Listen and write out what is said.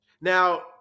Now